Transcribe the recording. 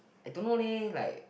I don't know leh like